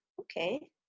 Okay